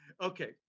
okay